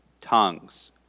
Tongues